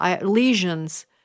Lesions